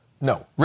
No